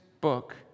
book